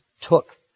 took